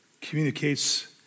communicates